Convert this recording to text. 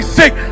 sick